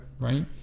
Right